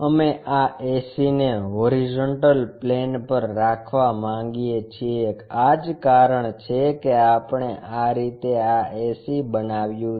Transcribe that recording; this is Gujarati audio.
અમે આ ac ને હોરિઝોન્ટલ પ્લેન પર રાખવા માંગીએ છીએ આ જ કારણ છે કે આપણે આ રીતે આ ac બનાવ્યું છે